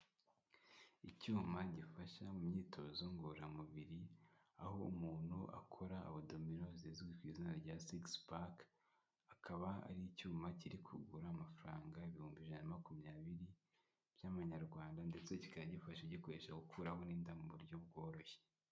Icyuma gifasha mu myitozo ngororamubiri, aho umuntu akora abudomino zizwi ku izina rya sigisi paka, akaba ari icyuma kiri kugura amafaranga ibihumbi ijana makumyabiri, by'amanyarwanda ndetse kikagifasha gikoresha gukuraho nida mu buryo bworoshye.